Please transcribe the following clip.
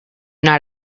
not